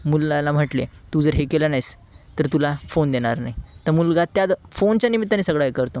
मुलाला म्हटले तू जर हे केलं नाहीस तर तुला फोन देणार नाही तर मुलगा त्या ज फोनच्या निमित्ताने सगळं हे करतो